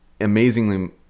Amazingly